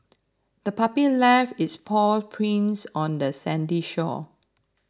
the puppy left its paw prints on the sandy shore